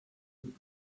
would